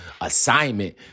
assignment